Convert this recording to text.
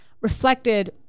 reflected